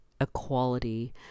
equality